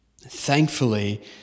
thankfully